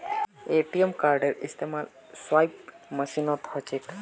ATM कार्डेर इस्तमाल swipe मशीनत ह छेक